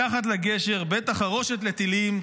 מתחת לגשר בית החרושת לטילים,